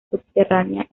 subterránea